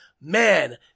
man